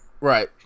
right